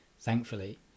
thankfully